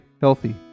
healthy